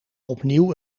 opnieuw